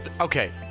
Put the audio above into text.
Okay